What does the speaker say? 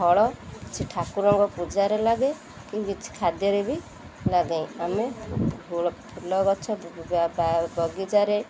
ଫଳ କିଛି ଠାକୁରଙ୍କ ପୂଜାରେ ଲାଗେ କି କିଛି ଖାଦ୍ୟରେ ବି ଲାଗେ ଆମେ ଫୁଲ ଗଛ ବଗିଚାରେ